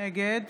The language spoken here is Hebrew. נגד